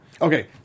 okay